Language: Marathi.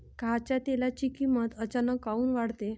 खाच्या तेलाची किमत अचानक काऊन वाढते?